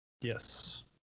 Yes